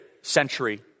century